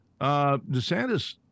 DeSantis